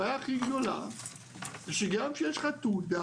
הבעיה הכי גדולה זה שגם אם יש לך תעודה